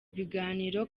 biganiro